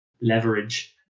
leverage